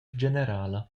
generala